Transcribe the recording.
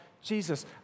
Jesus